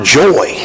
joy